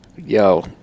yo